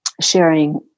sharing